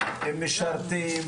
הם משרתים,